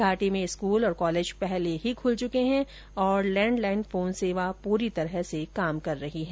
घाटी में स्कूल और कॉलेज पहले ही खुल चुके हैं तथा लैंडलाइन फोन सेवा पूरी तरह काम कर रही है